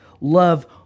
love